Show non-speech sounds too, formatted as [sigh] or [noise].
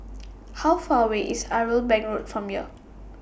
[noise] How Far away IS Irwell Bank Road from here